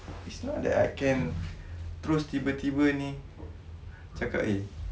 it's not that I can terus tiba-tiba ni cakap eh